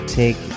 take